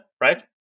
right